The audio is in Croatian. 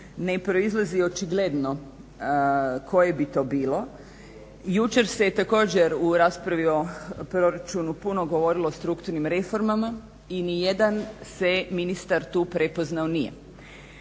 ne proizlazi očigledno koje bi to bilo. Jučer se također u raspravi o proračunu puno govorilo o strukturnim reformama i ni jedan se ministar tu prepoznao nije